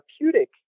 therapeutic